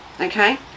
okay